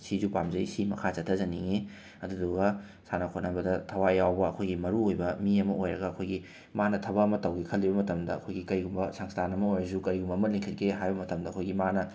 ꯁꯤꯁꯨ ꯄꯥꯝꯖꯩ ꯁꯤ ꯃꯈꯥ ꯆꯠꯊꯖꯅꯤꯡꯏ ꯑꯗꯨꯗꯨꯒ ꯁꯥꯟꯅ ꯈꯣꯠꯅꯕꯗ ꯊꯋꯥꯏ ꯌꯥꯎꯕ ꯑꯩꯈꯣꯏꯒꯤ ꯃꯔꯨ ꯑꯣꯏꯕ ꯃꯤ ꯑꯃ ꯑꯣꯏꯔꯒ ꯑꯩꯈꯣꯏꯒꯤ ꯃꯥꯅ ꯊꯕꯛ ꯑꯃ ꯇꯧꯒꯦ ꯈꯜꯂꯤꯕ ꯃꯇꯝꯗ ꯑꯩꯈꯣꯏꯒꯤ ꯀꯩꯒꯨꯝꯕ ꯁꯪꯁꯊꯥꯟ ꯑꯃ ꯑꯣꯏꯔꯁꯨ ꯀꯔꯤꯒꯨꯝꯕ ꯑꯃ ꯂꯤꯡꯈꯠꯀꯦ ꯍꯥꯏꯕ ꯃꯇꯝꯗ ꯑꯩꯈꯣꯏꯒꯤ ꯃꯥꯅ